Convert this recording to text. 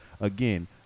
again